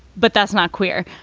but that's not queer.